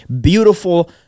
beautiful